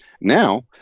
now